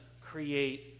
create